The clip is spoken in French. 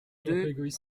deux